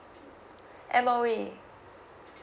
M_O_E